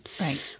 Right